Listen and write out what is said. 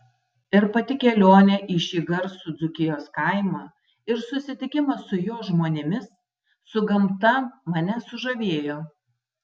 ir pati kelionė į šį garsų dzūkijos kaimą ir susitikimas su jo žmonėmis su gamta mane sužavėjo